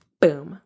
Boom